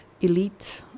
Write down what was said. elite